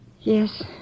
Yes